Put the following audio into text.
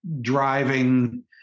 driving